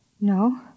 No